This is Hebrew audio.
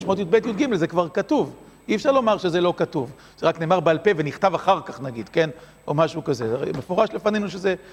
שמות יב, יג זה כבר כתוב, אי אפשר לומר שזה לא כתוב. זה רק נאמר בעל פה ונכתב אחר כך נגיד, כן? או משהו כזה, הרי מפורש לפנינו שזה...